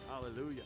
hallelujah